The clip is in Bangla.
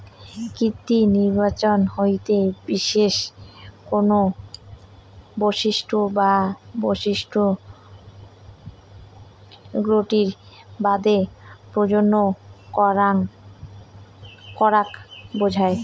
কৃত্রিম নির্বাচন কইতে বিশেষ কুনো বৈশিষ্ট্য বা বৈশিষ্ট্য গোষ্ঠীর বাদে প্রজনন করাক বুঝায়